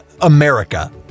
America